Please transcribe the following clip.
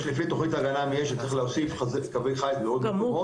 לפי תוכנית ההגנה מאש צריך להוסיף קווי חיץ בעוד מקומות.